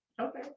Okay